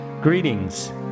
Greetings